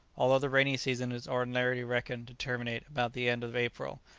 although the rainy season is ordinarily reckoned to terminate about the end of april,